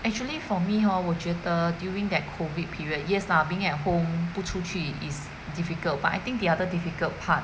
actually for me hor 我觉得 during that COVID period yes lah being at home 不出去 is difficult but I think the other difficult part